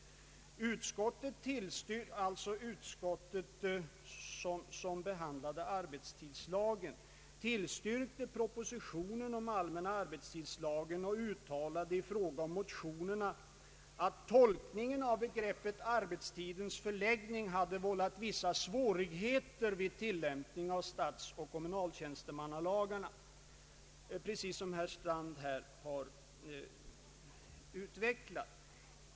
Utskottet som behandlade arbetstidslagen tillstyrkte förslaget om allmän arbetstidslag och uttalade att tolkningen av begreppet ”arbetstidens förläggning” hade vållat vissa svårigheter vid tillämpningen av statstjänstemannalagen och kommunaltjänstemannalagen — precis som herr Strand har utvecklat.